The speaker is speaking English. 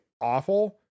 awful